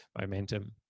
momentum